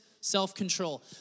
self-control